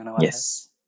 Yes